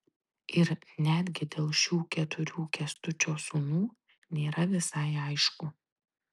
ir netgi dėl šių keturių kęstučio sūnų nėra visai aišku